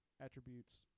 attributes